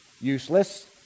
useless